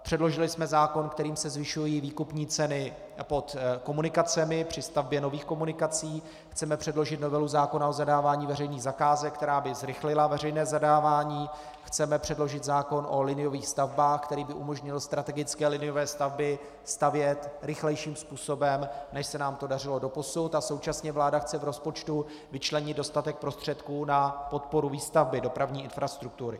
Předložili jsme zákon, kterým se zvyšují výkupní ceny pod komunikacemi, při stavbě nových komunikací, chceme předložit novelu zákona o zadávání veřejných zakázek, která by zrychlila veřejné zadávání, chceme předložit zákon o liniových stavbách, který by umožnil strategické liniové stavby stavět rychlejším způsobem, než se nám to dařilo doposud, a současně vláda chce v rozpočtu vyčlenit dostatek prostředků na podporu výstavby dopravní infrastruktury.